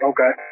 Okay